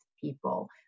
people